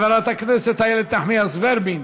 חברת הכנסת איילת נחמיאס ורבין,